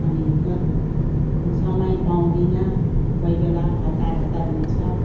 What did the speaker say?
अनि समय पाउँदिन कोही बेला हतारहतार हुन्छ